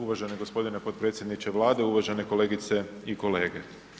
Uvaženi gospodine potpredsjedniče Vlade, uvažene kolegice i kolege.